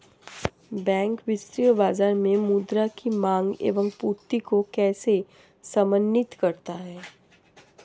Bank वित्तीय बाजार में मुद्रा की माँग एवं पूर्ति को कैसे समन्वित करता है?